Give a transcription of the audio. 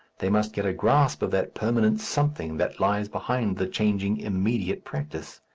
they must get a grasp of that permanent something that lies behind the changing immediate practice.